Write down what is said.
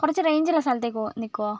കുറച്ച് റേഞ്ച് ഉള്ള സ്ഥലത്തേക്ക് പോ നിൽക്കുവോ